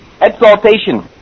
exaltation